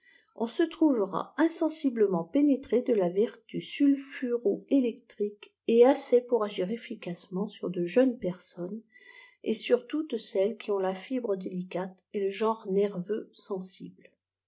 on se trouvera insensiblement pénétré de la vertu sulfuro électrique et assez pour agir efficacement sur de jeunes personnes et sut toutes celles qui ont la fibre délicate et le genre nerveux sensible